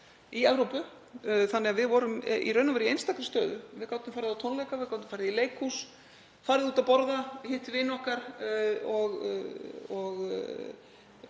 í Evrópu. Við vorum í raun og veru í einstakri stöðu. Við gátum farið á tónleika, við gátum farið í leikhús, farið út að borða, hitt vini okkar og